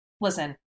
listen